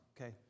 okay